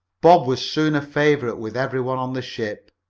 bob was soon a favorite with every one on the ship,